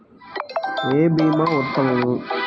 ఏ భీమా ఉత్తమము?